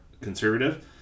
conservative